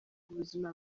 ubuzima